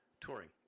touring